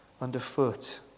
underfoot